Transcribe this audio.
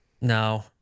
No